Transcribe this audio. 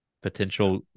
Potential